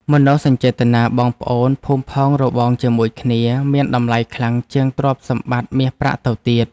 មនោសញ្ចេតនាបងប្អូនភូមិផងរបងជាមួយគ្នាមានតម្លៃខ្លាំងជាងទ្រព្យសម្បត្តិមាសប្រាក់ទៅទៀត។